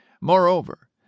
Moreover